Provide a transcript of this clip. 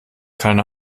keine